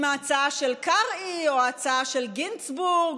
עם ההצעה של קרעי או ההצעה של גינזבורג